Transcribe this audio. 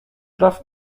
praw